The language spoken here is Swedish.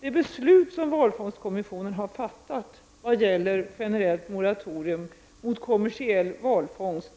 I det beslut som valfångstkommissionen har fattat i vad gäller generellt moratorium mot kommersiell valfångst